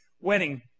wedding